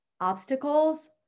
obstacles